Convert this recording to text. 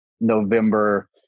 November